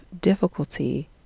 difficulty